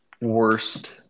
worst